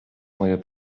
moje